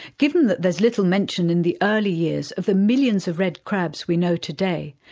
given that there's little mention in the early years of the millions of red crabs we know today,